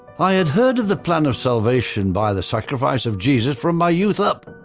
i had heard of the plan of salvation by the sacrifice of jesus from my youth up.